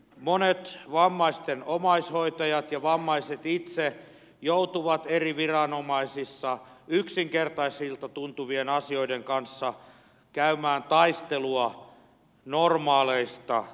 monet vammaisten omaishoitajat ja vammaiset itse joutuvat eri viranomaisissa yksinkertaisilta tuntuvien asioiden kanssa käymään taistelua normaaleista oikeuksistaan